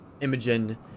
Imogen